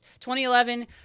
2011